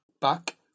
back